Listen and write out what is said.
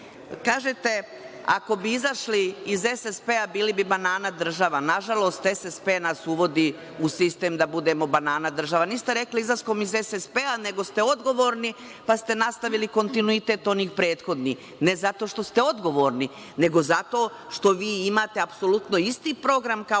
useve? Kažete, ako bi izašli iz SSP bili bi banana država. Nažalost, SSP nas uvodi u sistem da budemo banana država. Niste rekli izlaskom iz SSP, nego ste odgovorni pa ste nastavili kontinuitet onih prethodnih. Ne zato što ste odgovorni nego zato što vi imate apsolutno isti program kao